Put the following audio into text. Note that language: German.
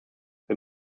wir